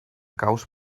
caus